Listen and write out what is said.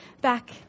back